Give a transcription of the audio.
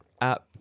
app